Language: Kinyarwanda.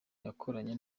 yakoranye